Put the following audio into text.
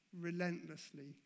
relentlessly